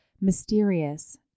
mysterious